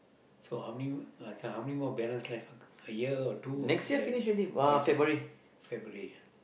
so how many this one how many more balanced life a a year or two or balanced oh next February February